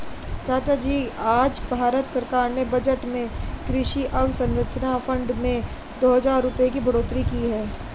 चाचाजी आज भारत सरकार ने बजट में कृषि अवसंरचना फंड में दो हजार करोड़ की बढ़ोतरी की है